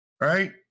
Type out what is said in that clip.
right